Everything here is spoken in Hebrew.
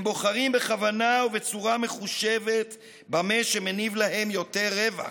הם בוחרים בכוונה ובצורה מחושבת במה שמניב להם יותר רווח,